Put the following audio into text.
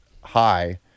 high